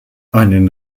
einen